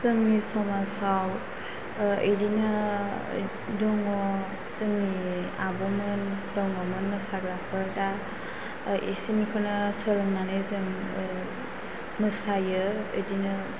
जोंनि समाजाव बिदिनो दङ जोंनि आब'मोन दङमोन मोसाग्राफोर दा बिसोरनिखौनो सोलोंनानै जों मोसायो बिदिनो